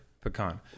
pecan